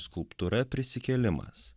skulptūra prisikėlimas